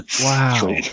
Wow